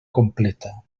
completa